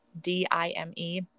D-I-M-E